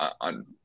on